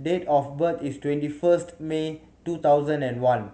date of birth is twenty first May two thousand and one